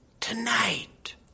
Tonight